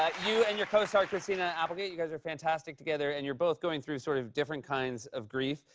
ah you and your co-star, christina applegate, you guys are fantastic together. and you're both going through sort of different kinds of grief.